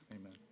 Amen